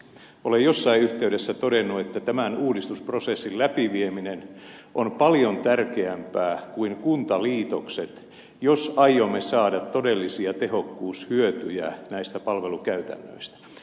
olen jossain yhteydessä todennut että tämän uudistusprosessin läpivieminen on paljon tärkeämpää kuin kuntaliitokset jos aiomme saada todellisia tehokkuushyötyjä näistä palvelukäytännöistä